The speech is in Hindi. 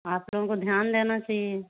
आप लोगों को ध्यान देना चाहिए